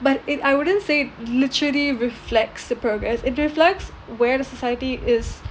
but it I wouldn't say it literally reflects the progress it reflects where the society is